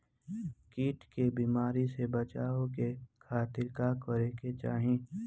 कीट के बीमारी से बचाव के खातिर का करे के चाही?